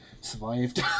survived